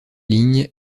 ligne